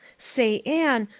say, anne,